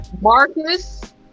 Marcus